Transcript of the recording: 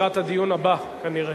לקראת הדיון הבא, כנראה.